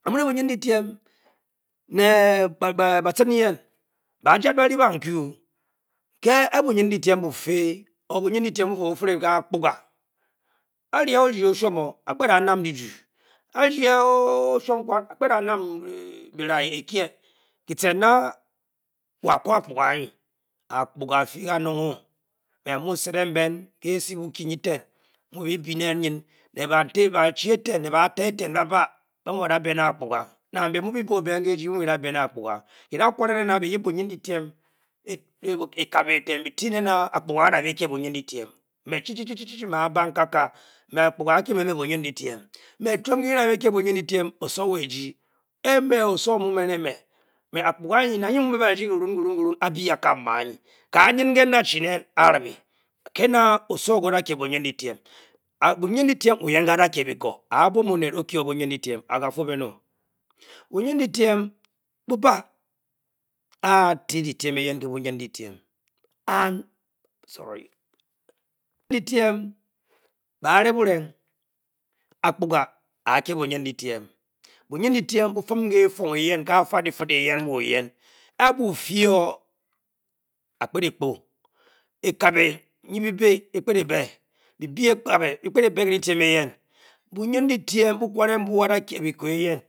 A'mu'ne bunindidyme ne-ba-cin yen báá-jat ban ban-kùú kie e-bunindidyme bu'fé o-bunindidyme bufere ké akpuga o-jyi ochwom-o a'kpet. a nam diim. a'kpet a'byráá ékyé kyi cin-na wo a'koō akpuga anyi. akpuga afi kanong-o me'mu ce'n'ng bên ke'esi bukyi nyi ten nyi bii byi nen nyn ne'banchi eten. ba-baà. ba'da'be-akpuga. nong ke byi bē ke e-ji byi mu byi mu byi da be ne-akpuga. kyi da kware byi yip ekábé eten byi ti nen'a akpuga akyibe bunindidyme me chi-chi me Abang kaka me chwom nky-ki da'me bunindidyme osowo eji ke me'osowo 'mu'ne me akpuga nang nyi da-ryi kiru-kyirun abyi a'kam me anyi ka'nyn n'ke ola-chi nen akpuga a'báá. ke'na osowo ke o-da kye bunindidyme. bunindidyme a'a bwom onet o'kóo bunindidyme. a'agafuo-bên-o bunindidyme. ba're bureng akpuga āā kye bunindidyme bu'fume ke efung eyen. kaa'sa difid eyen wo. oyen a'bu fyi-o a-kpet ékpu. ekábé nyi kyibi ekpet e'be' byibi e-kabe byi kpet e-be ke'dyi dyiem eyen bunindidyme bu'kwave nbu'wo-ada kye byikoo eyen.